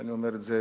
אני אומר את זה